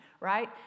right